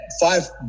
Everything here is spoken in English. five